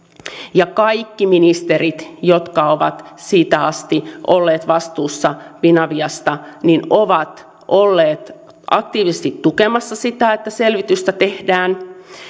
ja kaikki ministerit jotka ovat siitä asti olleet vastuussa finaviasta ovat olleet aktiivisesti tukemassa sitä että selvitystä tehdään